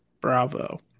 Bravo